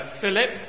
Philip